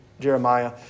Jeremiah